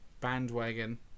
bandwagon